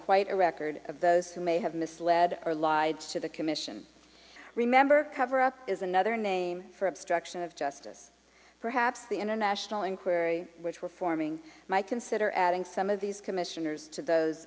quite a record of those who may have misled or lied to the commission remember cover up is another name for obstruction of justice perhaps the international inquiry which we're forming might consider adding some of these commissioners to those